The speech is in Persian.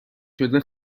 شده